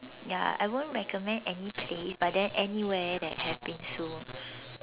ya I won't recommend any place but then anywhere that has bingsu